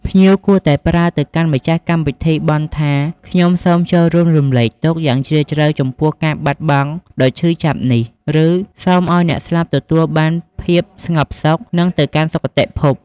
ភ្ញៀវគួរតែប្រើទៅកាន់ម្ចាស់កម្មវិធីបុណ្យថា"ខ្ញុំសូមចូលរួមរំលែកទុក្ខយ៉ាងជ្រាលជ្រៅចំពោះការបាត់បង់ដ៏ឈឺចាប់នេះ" ឫ "សូមឲ្យអ្នកស្លាប់ទទួលបានភាពស្ងប់សុខ និងទៅកាន់សុគតិភព"។